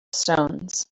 stones